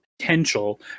potential